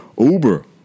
Uber